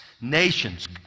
nations